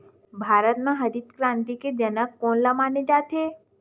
भारत मा हरित क्रांति के जनक कोन ला माने जाथे?